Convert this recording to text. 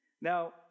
Now